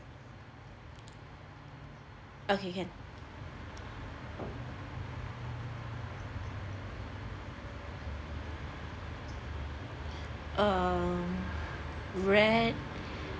okay can uh read